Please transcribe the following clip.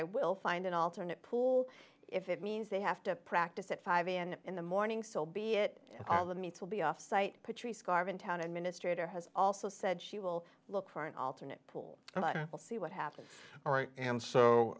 i will find an alternate pull if it means they have to practice at five am in the morning so be it all the meats will be off site patrice garvin town administrator has also said she will look for an alternate pool and i will see what happens all right and